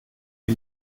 wie